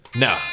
No